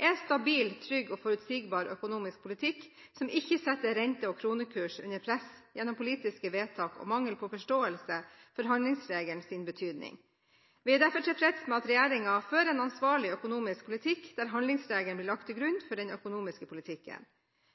en stabil, trygg og forutsigbar økonomisk politikk som ikke setter rente og kronekurs under press gjennom politiske vedtak og mangel på forståelse for handlingsregelens betydning. Vi er derfor tilfreds med at regjeringen fører en ansvarlig økonomisk politikk der handlingsregelen blir lagt til grunn for den økonomiske politikken.